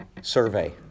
Survey